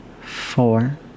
four